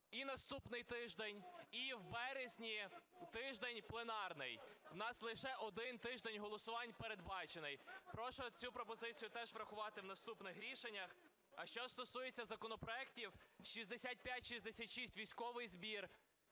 і наступний тиждень, і в березні тиждень пленарний, у нас лише один тиждень голосувань передбачений. Прошу цю пропозицію теж врахувати в наступних рішеннях. А що стосується законопроектів 6566, військовий збір,